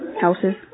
houses